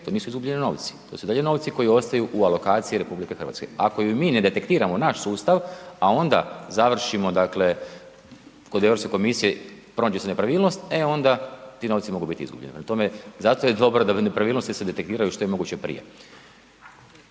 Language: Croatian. to nisu izgubljeni novci, to su i dalje novci koji ostaju u alokaciji RH. Ako ju ne detektiramo naš sustav, a onda završilo dakle kod Europske komisije pronađe se nepravilnost e onda ti novci mogu biti izgubljeni. Prema tome, zato je dobro da nepravilnosti se detektiraju što je moguće prije.